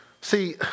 See